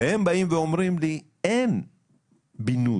והם באים ואומרים לי אין בינוי.